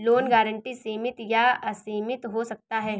loan guarantee सीमित या असीमित हो सकता है